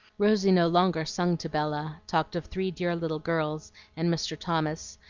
rosy no longer sung to bella, talked of three dear little girls and mr. thomas,